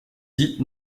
dits